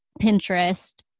Pinterest